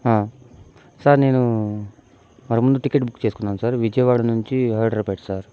sir నేను మరి ముందు టికెట్ బుక్ చేసుకున్నాను సార్ విజయవాడ నుంచి హైదరాబాద్ సార్